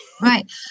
Right